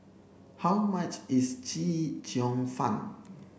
how much is Chee Cheong Fun